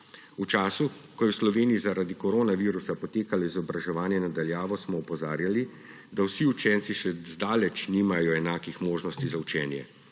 V času, ko je v Sloveniji zaradi koronavirusa potekalo izobraževanje na daljavo, smo opozarjali, da vsi učenci še zdaleč nimajo enakih možnosti za učenje.